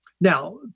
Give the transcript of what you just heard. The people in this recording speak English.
now